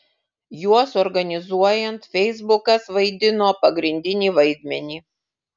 juos organizuojant feisbukas vaidino pagrindinį vaidmenį